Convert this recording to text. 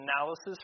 analysis